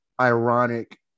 ironic